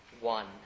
one